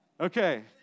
Okay